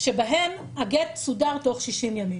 שבהם הגט סודר בתוך 60 ימים,